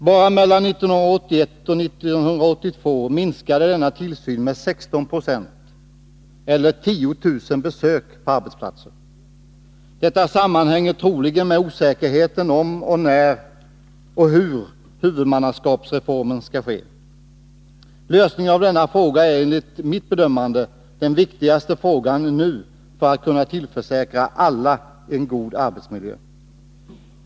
Bara mellan 1981 och 1982 minskade denna tillsyn med 16 96 eller med 10 000 besök på arbetsplatserna. Detta sammanhänger troligen med osäkerheten om hur, när och om huvudmannaskapsreformen skall ske. Lösningen av denna fråga är enligt mitt bedömande den viktigaste frågan nu för att kunna tillförsäkra alla en god arbetsmiljö.